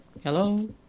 hello